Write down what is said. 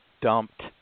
dumped